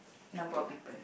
people lah